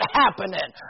happening